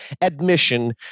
admission